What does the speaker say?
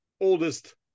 oldest